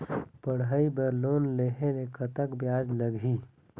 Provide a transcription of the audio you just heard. पढ़ई बर लोन लेहे ले कतक ब्याज लगही?